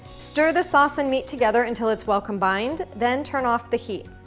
stir the sauce and meat together until it's well combined, then turn off the heat.